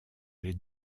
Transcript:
les